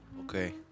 okay